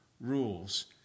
rules